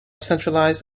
centralized